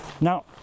Now